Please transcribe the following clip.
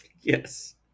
Yes